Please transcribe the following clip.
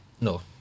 No